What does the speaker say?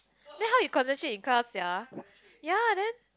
then how you concentrate in class sia ya then